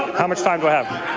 how much time do i have?